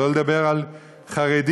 שלא לדבר על חרדים.